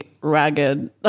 ragged